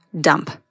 dump